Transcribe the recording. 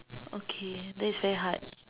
okay that's very hard